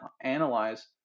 analyze